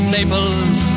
Naples